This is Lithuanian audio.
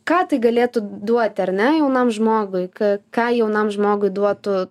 ką tai galėtų duoti ar ne jaunam žmogui ką jaunam žmogui duotų